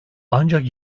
ancak